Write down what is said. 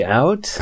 out